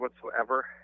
whatsoever